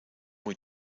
muy